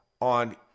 on